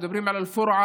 אנחנו מדברים על אל-פורעה,